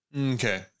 Okay